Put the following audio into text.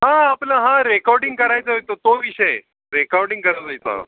हा आपलं हा रेकॉर्डिंग करायचं आहे तर तो विषय रेकॉर्डिंग करायचा